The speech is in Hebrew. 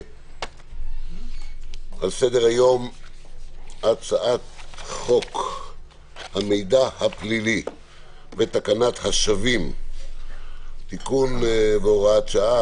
על סדר-היום הצעת חוק המידע הפלילי ותקנת השבים (תיקון והוראת שעה),